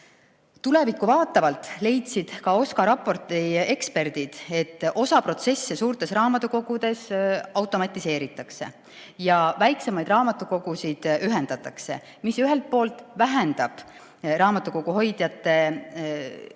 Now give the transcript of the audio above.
Tulevikku vaatavalt leidsid ka OSKA raporti eksperdid, et osa protsesse suurtes raamatukogudes automatiseeritakse ja väiksemaid raamatukogusid ühendatakse, mis ühelt poolt vähendab vajadust raamatukoguhoidjate järele,